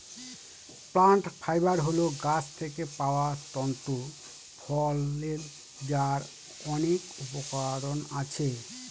plant fibre হল গাছ থেকে পাওয়া তন্তু ফল যার অনেক উপকরণ আছে